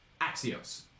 Axios